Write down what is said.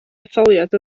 etholiad